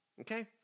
Okay